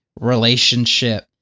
relationship